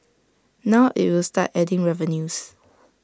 now IT will start adding revenues